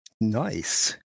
Nice